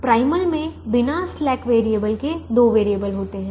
primal में बिना slack variable के दो वैरिएबल होते हैं